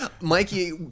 Mikey